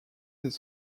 des